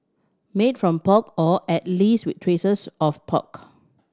made from pork or at least with traces of pork